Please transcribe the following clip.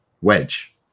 wedge